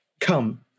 Come